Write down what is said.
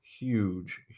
huge